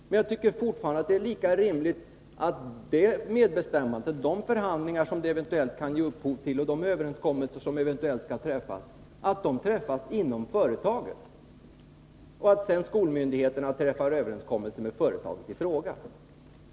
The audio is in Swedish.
Men det är lika rimligt att de förhandlingar som detta kan ge upphov till och de överenskommelser som eventuellt kan träffas äger rum inom företaget och att skolmyndigheten sedan träffar överenskommelse med företaget i fråga.